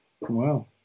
Wow